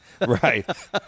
Right